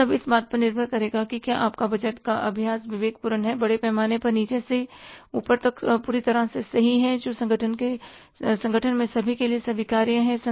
यह सब इस बात पर निर्भर करेगा कि क्या आपका बजट का अभ्यास विवेक पूर्ण है बड़े पैमाने पर नीचे से ऊपर तक पूरी तरह से सही है और संगठन में सभी के लिए स्वीकार्य है